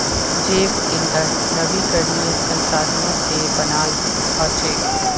जैव ईंधन नवीकरणीय संसाधनों से बनाल हचेक